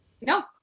No